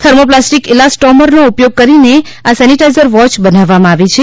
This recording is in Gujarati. થર્મોપ્લાસ્ટિક ઈલાસ્ટોમરનો ઉપયોગ કરીને આ સેનિટાઈઝર વોચ બનાવવામાં આવી છે